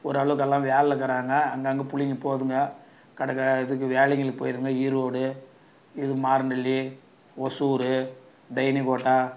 ஓரளவுக்கு எல்லாம் வேலையிலக்கிறாங்க அங்கங்கே பிள்ளைங்க போகுதுங்க கடை இதுக்கு வேலைங்களுக்கு போய்டுதுங்க ஈரோடு இது மாருமில்லி ஓசூர் டேனிக்கோட்டா